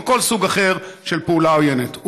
או כל סוג אחר של פעולה עוינת.